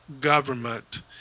government